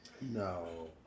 No